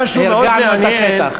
הרגענו את השטח.